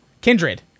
Kindred